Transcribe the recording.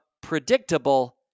predictable